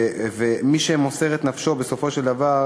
ומי שמוסרים את נפשם, בסופו של דבר,